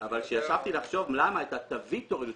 אבל כאשר ישבתי לחשוב למה את התווית הורידו,